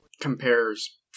compares